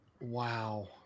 Wow